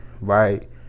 right